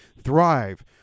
thrive